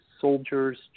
Soldier's